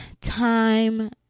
time